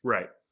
Right